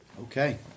Okay